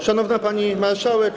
Szanowna Pani Marszałek!